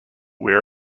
where